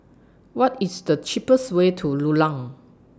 What IS The cheapest Way to Rulang